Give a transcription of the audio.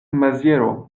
maziero